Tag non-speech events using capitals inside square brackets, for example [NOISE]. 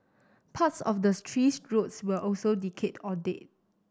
parts of the [UNINTELLIGIBLE] tree's roots were also decayed or dead